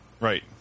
Right